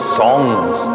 songs